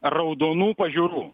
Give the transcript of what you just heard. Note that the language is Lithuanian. raudonų pažiūrų